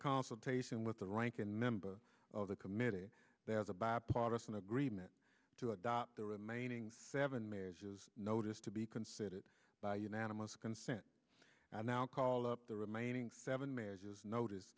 consultation with the ranking member of the committee as a bipartisan agreement to adopt the remaining seven marriages notice to be considered by unanimous consent and now called up the remaining seven marriages notice